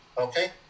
Okay